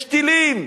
יש טילים.